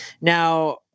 Now